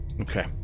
Okay